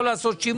לא לעשות שינוי.